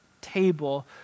table